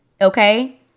Okay